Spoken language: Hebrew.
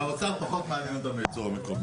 האוצר, פחות מעניין אותו מהייצור המקומי.